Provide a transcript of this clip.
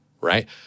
right